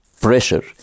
pressure